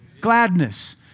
Gladness